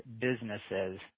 businesses